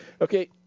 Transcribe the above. Okay